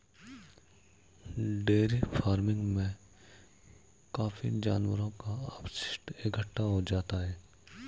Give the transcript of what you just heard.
dairy farming में काफी जानवरों का अपशिष्ट इकट्ठा हो जाता है